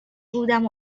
بودم